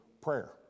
prayer